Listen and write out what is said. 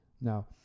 Now